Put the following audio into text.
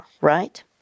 right